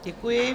Děkuji.